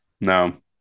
no